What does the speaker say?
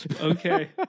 Okay